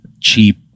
cheap